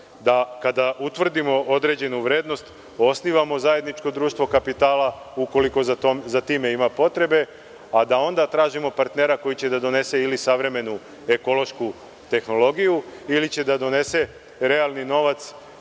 Da kada utvrdimo određenu vrednost osnivamo zajedničko društvo kapitala, ukoliko za tim ima potrebe, a da onda tražimo partnera koji će da donese ili savremenu ekološku tehnologiju ili će da donese realni novac